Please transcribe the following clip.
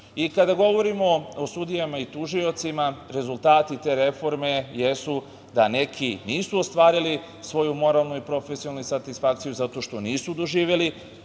grešku. Kada govorimo o sudijama i tužiocima, rezultati te reforme jesu da neki nisu ostvarili svoju moralnu i profesionalnu satisfakciju zato što nisu doživeli